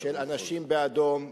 של "אנשים באדום",